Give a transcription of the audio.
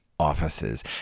Offices